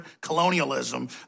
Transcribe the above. colonialism